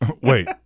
Wait